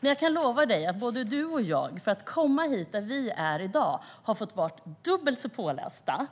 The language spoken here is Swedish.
Men jag kan lova Betty Malmberg att både hon och jag för att komma dit där vi är i dag har fått vara dubbelt så pålästa,